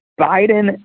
Biden